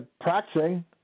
practicing